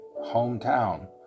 hometown